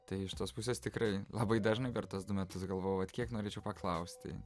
tai iš tos pusės tikrai labai dažnai per tuos du metus galvojau vat kiek norėčiau paklausti